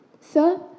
Sir